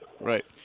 Right